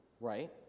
right